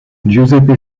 giuseppe